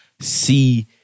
See